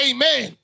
Amen